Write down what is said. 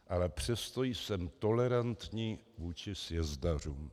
Ale přesto jsem tolerantní vůči sjezdařům.